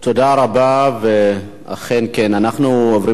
תודה רבה, ואנחנו עוברים